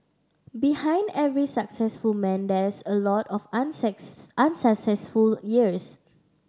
behind every successful man there's a lot of unsuccess unsuccessful years